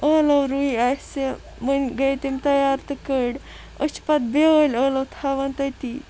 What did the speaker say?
ٲلو رُۍ آسہِ ؤنۍ گٔے تِم تَیار تہٕ کٔڑۍ أسۍ چھِ پَتہٕ بیٲلۍ ٲلو تھاوان تٔتی